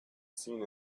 seen